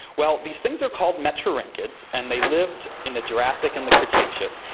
well, these things are called metriorhynchids and they lived in the jurassic and the cretaceous,